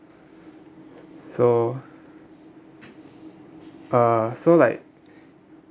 so uh so like